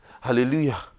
hallelujah